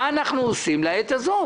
מה אנחנו עושים לעת הזאת,